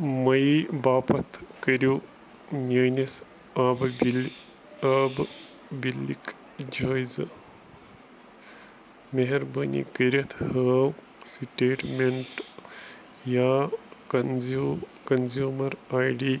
مئی باپتھ کٔرو میٛٲنس آبہٕ گِلۍ آبہٕ بلکٕۍ جٲیزٕ مہربٲنی کٔرِتھ ہٲو سٹیٹمیٚنٛٹ یا کنزیٛومر آے ڈی